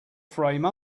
frame